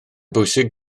bwysig